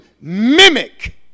mimic